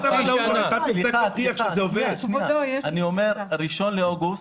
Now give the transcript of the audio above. אני אומר: 1 באוגוסט,